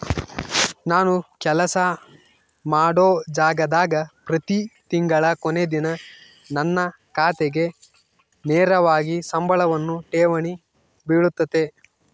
ನಾನು ಕೆಲಸ ಮಾಡೊ ಜಾಗದಾಗ ಪ್ರತಿ ತಿಂಗಳ ಕೊನೆ ದಿನ ನನ್ನ ಖಾತೆಗೆ ನೇರವಾಗಿ ಸಂಬಳವನ್ನು ಠೇವಣಿ ಬಿಳುತತೆ